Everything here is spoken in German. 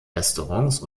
restaurants